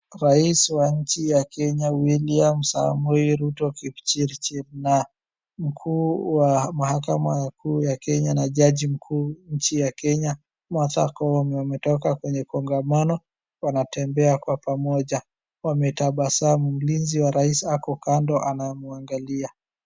Rais wa nchi ya Kenya William Samoei Ruto Kipchichir na mkuu wa mahakama kuu ya Kenya na jaji mkuu wa nchi ya Kenya Martha Koome ametoka kwenye kongamano wanatembea kwa pamoja wametabasamu. Mlinzi wa rais ako kando anamwangalia.